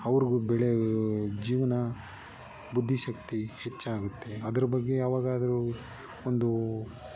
ಅವ್ರಿಗೂ ಬೆಳೆ ಜೀವನ ಬುದ್ಧಿಶಕ್ತಿ ಹೆಚ್ಚಾಗುತ್ತೆ ಅದ್ರ ಬಗ್ಗೆ ಯಾವಾಗಾದರು ಒಂದು